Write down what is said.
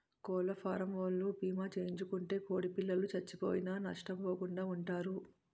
కోళ్లఫారవోలు భీమా చేయించుకుంటే కోడిపిల్లలు సచ్చిపోయినా నష్టపోకుండా వుంటారు